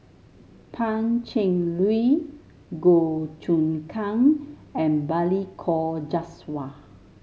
Pan Cheng Lui Goh Choon Kang and Balli Kaur Jaswal